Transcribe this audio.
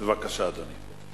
בבקשה, אדוני.